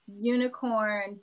unicorn